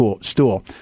stool